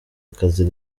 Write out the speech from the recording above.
akazi